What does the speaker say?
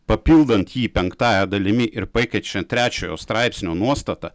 papildant jį penktąja dalimi ir pakeičiant trečiojo straipsnio nuostatą